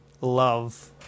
love